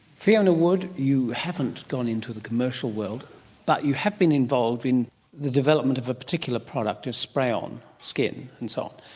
fiona wood you haven't gone into the commercial world but you have been involved in the development of a particular product of spray on skin and so on.